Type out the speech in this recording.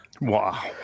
Wow